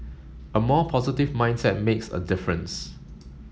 a more positive mindset makes a difference